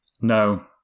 No